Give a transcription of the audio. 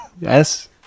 Yes